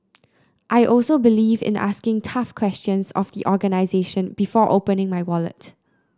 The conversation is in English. I also believe in asking tough questions of the organisation before opening my wallet